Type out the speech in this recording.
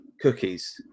cookies